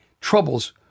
troubles